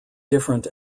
different